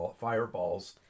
fireballs